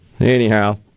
Anyhow